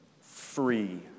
free